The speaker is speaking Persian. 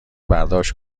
برداشت